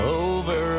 over